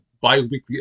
bi-weekly